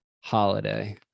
holiday